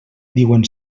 diuen